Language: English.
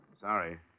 sorry